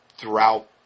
throughout